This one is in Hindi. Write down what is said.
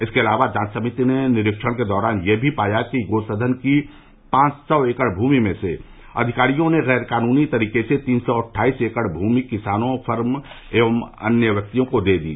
इसके अलावा जांच समिति ने निरीक्षण के दौरान यह भी पाया कि गो सदन की पांच सौ एकड़ भूमि में से अधिकारियों ने गैरकानूनी तरीके से तीन सौ अट्ठाईस एकड़ भूमि किसानों फर्म एवं अन्य व्यक्तियों को दे दी